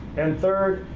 and third,